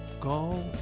Go